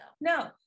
no